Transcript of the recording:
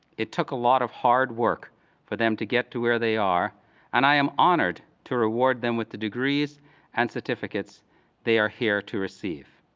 it took a lot of hard work for them to get to where they are and i am honored to reward them with the degrees and certificates they are here to receive.